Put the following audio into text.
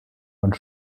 und